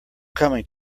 coming